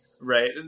right